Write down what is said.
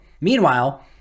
Meanwhile